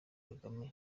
kagame